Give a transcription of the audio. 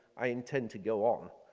i intend to go on.